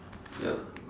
ya